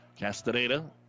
Castaneda